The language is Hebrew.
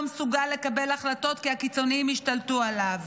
מסוגל לקבל החלטות כי הקיצונים השתלטו עליו.